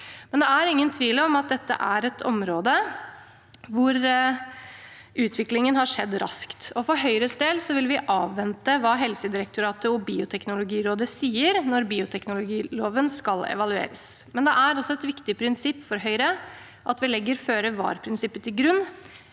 Men det er ingen tvil om at dette er et område hvor utviklingen har skjedd raskt. For Høyres del vil vi avvente hva Helsedirektoratet og Bioteknologirådet sier når bioteknologiloven skal evalueres, men det er et viktig prinsipp for Høyre at vi legger føre-var-prinsippet til grunn